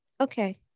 okay